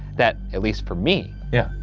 that at least for me yeah.